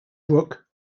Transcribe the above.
brook